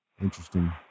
Interesting